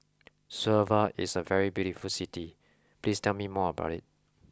Suva is a very beautiful city please tell me more about it